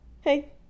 Hey